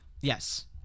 Yes